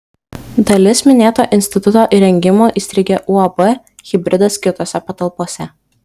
dalis minėto instituto įrengimų įstrigę uab hibridas skirtose patalpose